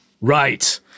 Right